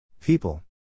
People